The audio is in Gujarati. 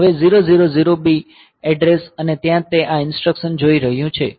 હવે 000b એડ્રેસ અને ત્યાં તે આ ઈન્સ્ટ્રકસન જોઈ રહ્યું છે